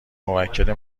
موکل